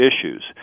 issues